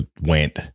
went